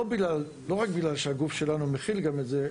לא רק בגלל שהגוף שלנו מכיל גם את זה,